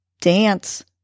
Dance